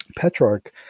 petrarch